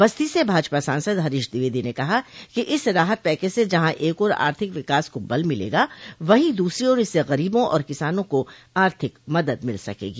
बस्ती से भाजपा सांसद हरीश द्विवेदी ने कहा कि इस राहत पैकेज से जहां एक ओर आर्थिक विकास को बल मिलेगा वहीं दूसरी ओर इससे गरीबों एवं किसानों को आर्थिक मदद मिल सकेगी